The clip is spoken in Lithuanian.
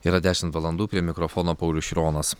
yra dešimt valandų prie mikrofono paulius šironas